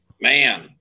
man